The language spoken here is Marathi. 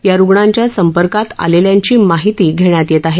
या रुग्णांच्या संपर्कात आलेल्यांची माहिती घेण्यात येत आहे